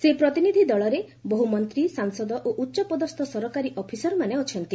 ସେହି ପ୍ରତିନିଧି ଦଳରେ ବହୁ ମନ୍ତ୍ରୀ ସାଂସଦ ଓ ଉଚ୍ଚପଦସ୍ଥ ସରକାରୀ ଅଫିସରମାନେ ଅଛନ୍ତି